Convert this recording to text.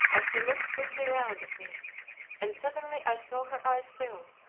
as she looked quickly round at me and suddenly i saw her eyes fill.